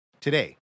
Today